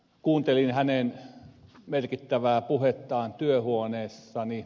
kuuntelin hänen merkittävää puhettaan työhuoneessani